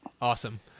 Awesome